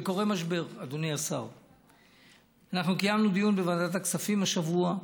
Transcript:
חוקנו, הוא קיום של תושבים רבים באזור הצפון,